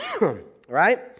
Right